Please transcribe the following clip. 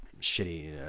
shitty